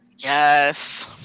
Yes